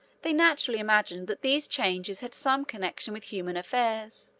they naturally imagined that these changes had some connection with human affairs,